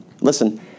listen